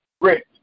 rich